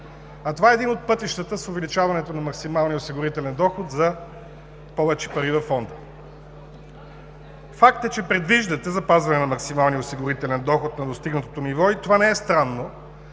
а това е един от пътищата – с увеличаването на максималния осигурителен доход, за повече пари във Фонда. Факт е, че предвиждате запазване на максималния осигурителен доход на достигнатото ниво и това не е странно.